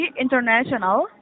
international